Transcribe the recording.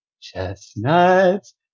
chestnuts